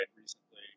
recently